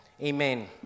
Amen